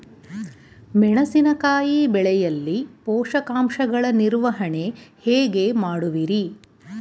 ಮೆಣಸಿನಕಾಯಿ ಬೆಳೆಯಲ್ಲಿ ಪೋಷಕಾಂಶಗಳ ನಿರ್ವಹಣೆ ಹೇಗೆ ಮಾಡುವಿರಿ?